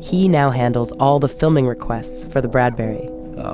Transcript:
he now handles all the filming requests for the bradbury